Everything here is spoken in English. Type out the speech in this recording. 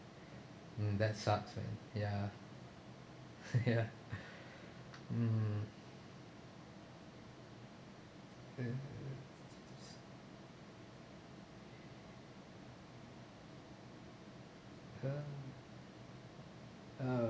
mm that sucks man ya ya mm uh uh